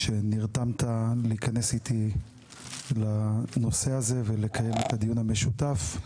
על שנרתמת להיכנס איתי לנושא הזה ולקיים את הדיון המשותף.